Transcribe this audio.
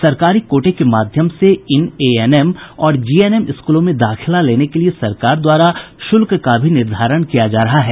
सरकारी कोटे के माध्यम से इन एएनएम और जीएनएम स्कूलों में दाखिला लेने के लिए सरकार द्वारा शुल्क का भी निर्धारण किया जा रहा है